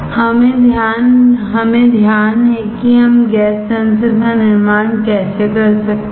हमें ध्यान है कि हम गैस सेंसर का निर्माण कैसे कर सकते हैं